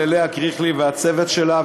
ללאה קריכלי ולצוות שלה.